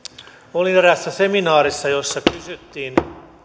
olin eräässä seminaarissa jossa kysyttiin